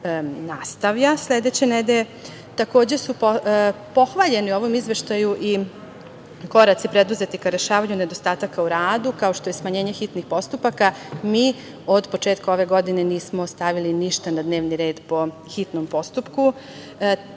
nastavlja sledeće nedelje. Takođe, su pohvaljeni u ovom Izveštaju i koraci preduzeti ka rešavanju nedostataka u radu, kao što je smanjenje hitnih postupaka. Mi od početka ove godine nismo stavili ništa na dnevni red po hitnom postupku.